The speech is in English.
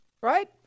right